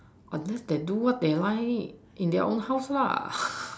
I they do what they like in their own house lah